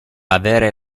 avere